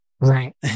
right